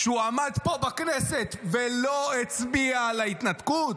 כשהוא עמד פה בכנסת ולא הצביע על ההתנתקות?